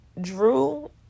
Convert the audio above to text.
Drew